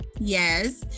yes